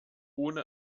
ohne